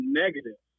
negative